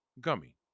gummy